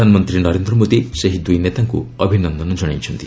ପ୍ରଧାନମନ୍ତ୍ରୀ ନରେନ୍ଦ୍ର ମୋଦି ସେହି ଦୁଇ ନେତାଙ୍କୁ ଅଭିନନ୍ଦନ ଜଣାଇଛନ୍ତି